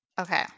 Okay